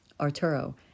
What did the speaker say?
Arturo